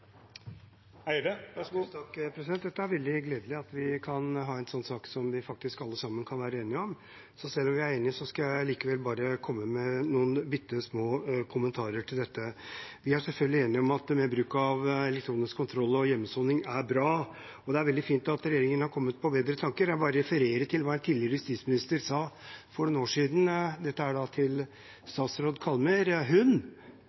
veldig gledelig at vi kan ha en sånn sak som vi faktisk alle sammen kan være enige om. Selv om vi er enige, skal jeg likevel bare komme med noen bitte små kommentarer til dette. Vi er selvfølgelig enige om at bruk av elektronisk kontroll og hjemmesoning er bra, og det er veldig fint at regjeringen har kommet på bedre tanker. Jeg bare refererer til hva en tidligere justisminister sa for noen år siden – dette er til statsråd Kallmyr: Hun